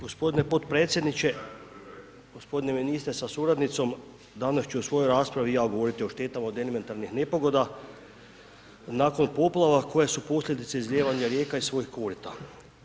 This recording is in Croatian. Gospodine potpredsjedniče, gospodine ministre sa suradnicom, danas ću u svojoj raspravi ja govoriti o štetama od elementarnih nepogoda nakon poplava koje su posljedica izlijevanja rijeka iz svojih korita.